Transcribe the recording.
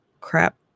crap